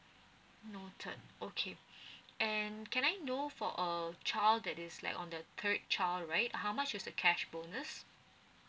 noted okay and can I know for a child that is like on the third child right how much is the cash bonus